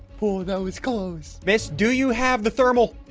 pull those clothes miss do you have the thermal?